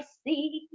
see